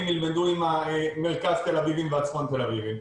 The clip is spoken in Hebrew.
ילמדו עם מרכז תל-אביבים והצפון תל-אביבים.